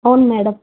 అవును మేడం